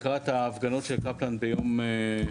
לקראת ההפגנות של קפלן במוצ"ש.